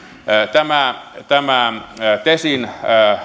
tämä tämä tesin